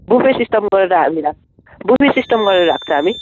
buffet system गरेर राख्छ हामी बुफे सिस्टम गरेर राख्छ हामी